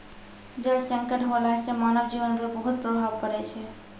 जल संकट होला सें मानव जीवन पर बहुत प्रभाव पड़ै छै